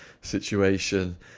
situation